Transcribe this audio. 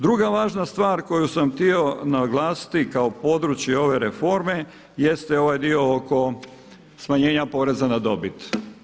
Druga važna stvar koju sam htio naglasiti kao područje ove reforme, jeste ovaj dio oko smanjenja poreza na dobit.